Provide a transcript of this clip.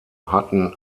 hatten